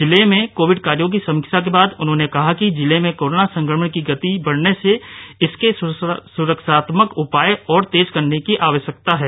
जिले में कोविड़ कार्यो की समीक्षा के बाद उन्होंने कहा कि जिले में कोरोना संक्रमण की गति बढ़ने से इसके सुरक्षात्मक उपाय ओर तेज करने की आवश्यकता है